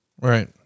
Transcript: Right